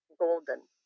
golden